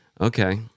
Okay